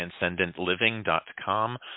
transcendentliving.com